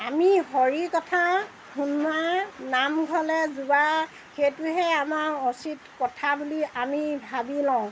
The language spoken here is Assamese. আমি হৰি কথা শুনা নামঘৰলৈ যোৱা সেইটোহে আমাৰ উচিত কথা বুলি আমি ভাবি লওঁ